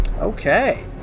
Okay